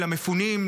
למפונים,